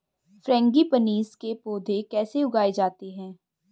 Frangipanis के पौधे कैसे उगाए जाते हैं?